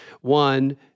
one